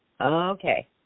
Okay